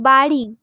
বাড়ি